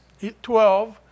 12